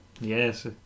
yes